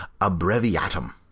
Abreviatum